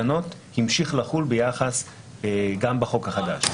ותקנות שטעונות ועדת החוקה כרגע נידונות על השולחן.